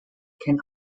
can